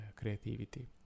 creativity